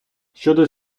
щодо